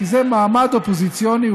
כי זה מעמד אופוזיציוני,